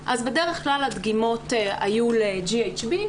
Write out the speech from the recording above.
אז בדרך כלל הדגימות היו ל-GHB,